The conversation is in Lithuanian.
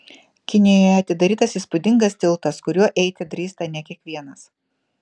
kinijoje atidarytas įspūdingas tiltas kuriuo eiti drįsta ne kiekvienas